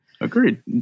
Agreed